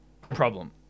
problem